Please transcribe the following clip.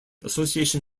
association